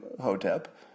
Hotep